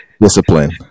discipline